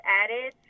added